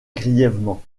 grièvement